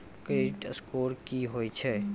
Credit score की होय छै?